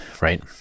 right